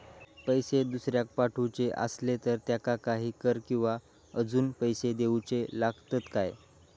पैशे दुसऱ्याक पाठवूचे आसले तर त्याका काही कर किवा अजून पैशे देऊचे लागतत काय?